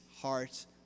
heart